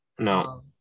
No